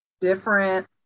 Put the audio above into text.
different